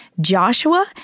Joshua